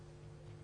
משהו.